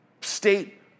state